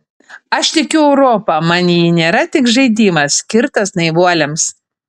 aš tikiu europa man ji nėra tik žaidimas skirtas naivuoliams